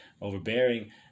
overbearing